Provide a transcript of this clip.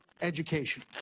education